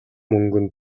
мөнгөнд